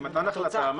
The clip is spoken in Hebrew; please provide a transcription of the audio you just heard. החלטה.